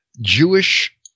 Jewish